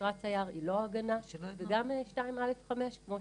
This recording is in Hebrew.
ואשרת תייר היא לא הגנה, וגם 2א5, כמו